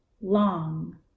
long